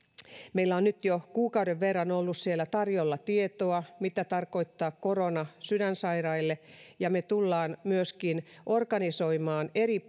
meillä on nyt jo kuukauden verran ollut siellä tarjolla tietoa mitä tarkoittaa korona sydänsairaille ja me tulemme myöskin organisoimaan eri